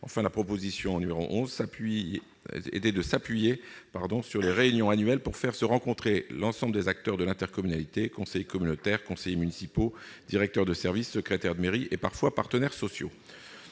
Enfin, la recommandation n° 11 était de s'appuyer sur les réunions annuelles pour faire se rencontrer l'ensemble des acteurs de l'intercommunalité : conseillers communautaires, conseillers municipaux, directeurs de service, secrétaires de mairie et, parfois, partenaires sociaux.